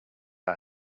our